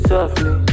Softly